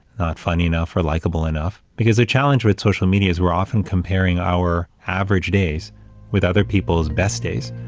funny enough, or likable enough, because the challenge with social media is we're often comparing our average days with other people's best days.